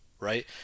right